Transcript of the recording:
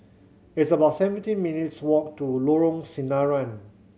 it's about seventeen minutes' walk to Lorong Sinaran